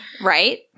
Right